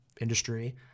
industry